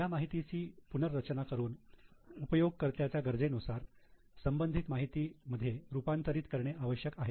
ह्या माहितीची पुनर्रचना करून उपयोगकर्ताच्या गरजेनुसार संबंधित माहिती मध्ये रूपांतरित करणे आवश्यक आहे